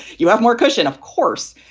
you have more cushion, of course.